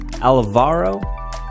Alvaro